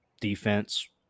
defense